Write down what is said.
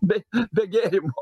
be be gėrimo